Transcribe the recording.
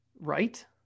Right